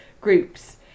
groups